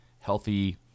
healthy